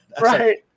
Right